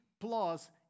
plus